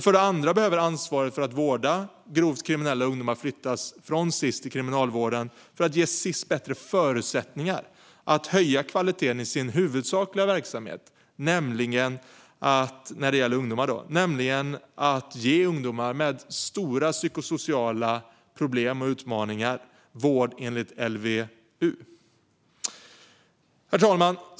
För det andra behöver ansvaret för att vårda grovt kriminella ungdomar flyttas från Sis till Kriminalvården för att ge Sis bättre förutsättningar att höja kvaliteten i den huvudsakliga verksamheten, nämligen att ge ungdomar med stora psykosociala problem och utmaningar vård enligt LVU. Herr talman!